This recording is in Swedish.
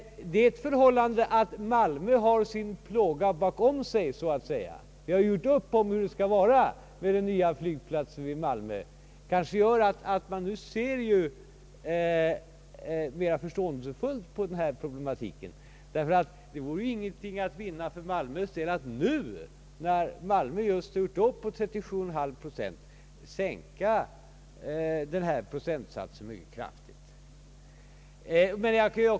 Det förhållandet att Malmö så att säga har sin plåga bakom sig — vi har gjort upp om hur det skall vara med den nya flygplatsen i Malmö — kanske gör att man där ser mera förståelsefullt på denna problematik. Det vore ingenting att vinna för Malmös del att nu, när Malmö just gjort upp om 37,5 procent, sänka denna procentsats mycket kraftigt.